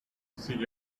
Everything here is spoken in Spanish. sin